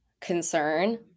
concern